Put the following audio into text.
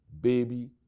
baby